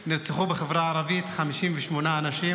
נרצחו בחברה הערבית 58 אנשים,